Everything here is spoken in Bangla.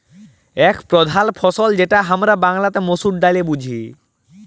এক প্রধাল ফসল যেটা হামরা বাংলাতে মসুর ডালে বুঝি